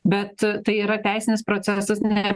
bet tai yra teisinis procesas ne